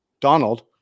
Donald